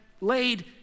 laid